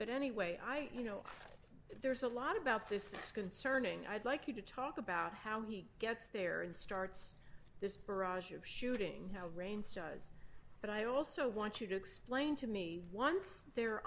but anyway i you know if there's a lot about this that's concerning i'd like you to talk about how he gets there and starts this barrage of shooting range studs but i also want you to explain to me once they're